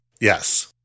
Yes